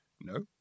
no